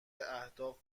اهداف